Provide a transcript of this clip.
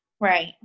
Right